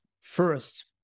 First